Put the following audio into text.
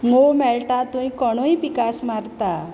मोव मेळटा तूंय कोणूय पिकास मारता